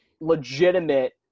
legitimate